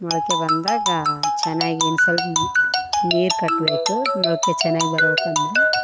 ಮೊಳಕೆ ಬಂದಾಗ ಚೆನ್ನಾಗಿ ಇನ್ನು ಸ್ವಲ್ಪ ನೀರು ಕಟ್ಬೇಕು ಮೊಳಕೆ ಚೆನ್ನಾಗ್ ಬರೋ ತನಕ